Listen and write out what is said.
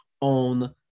on